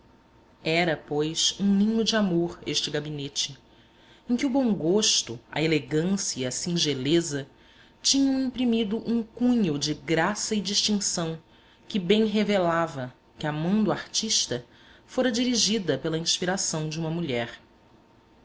era pois um ninho de amor este gabinete em que o bom gosto a elegância e a singeleza tinham imprimido um cunho de graça e distinção que bem revelava que a mão do artista fora dirigida pela inspiração de uma mulher